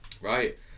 Right